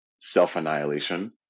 self-annihilation